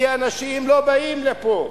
כי אנשים לא באים לפה.